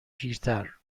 پیرتر